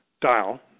dial